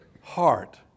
heart